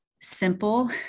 simple